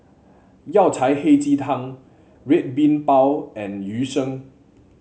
Yao Cai Hei Ji Tang Red Bean Bao and Yu Sheng